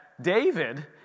David